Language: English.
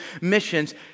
missions